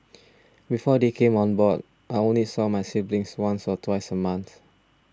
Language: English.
before they came on board I only saw my siblings once or twice a month